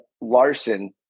Larson